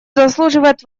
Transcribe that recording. заслуживает